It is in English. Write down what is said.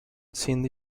cindy